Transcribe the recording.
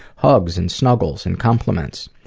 hugs and snuggles and compliments.